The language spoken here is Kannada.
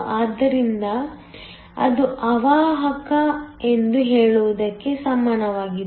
ಆದ್ದರಿಂದ ಅದು ಅವಾಹಕ ಎಂದು ಹೇಳುವುದಕ್ಕೆ ಸಮಾನವಾಗಿದೆ